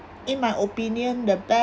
in my opinion the